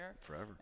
forever